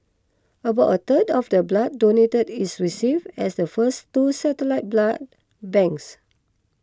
about a third of the blood donated is received at the first two satellite blood banks